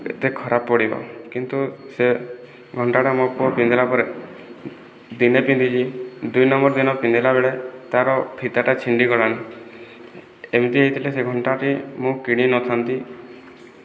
ଏତେ ଖରାପ ପଡ଼ିବ କିନ୍ତୁ ସେ ଘଣ୍ଟାଟା ମୋ ପୁଅ ପିନ୍ଧିଲା ପରେ ଦିନେ ପିନ୍ଧିଛି ଦୁଇ ନମ୍ବର ଦିନ ପିନ୍ଧିଲାବେଳେ ତାର ଫିତାଟା ଛିଣ୍ଡି ଗଲାଣି ଏମିତି ହୋଇଥିଲେ ସେ ଘଣ୍ଟାଟି ମୁଁ କିଣିନଥାନ୍ତି